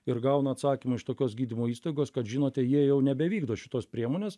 ir gaunu atsakymą iš tokios gydymo įstaigos kad žinote jie jau nebevykdo šitos priemonės